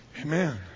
Amen